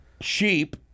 sheep